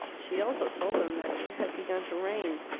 she also told them that it had begun to rain.